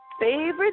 favorite